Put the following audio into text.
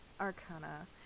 Arcana